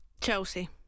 Chelsea